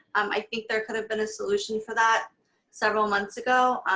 um i think there could have been a solution for that several months ago.